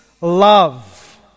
love